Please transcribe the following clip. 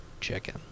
chicken